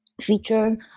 feature